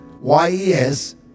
Y-E-S